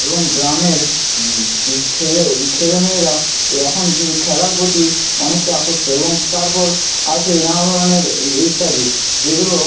এবং গ্রামের যে ছেলে ছেলে মেয়েরা এ এখন শুধু খেলার প্রতি অনেকটা আসক্ত এবং তারপর আছে নানা ধরনের ইত্যাদি যেগুলো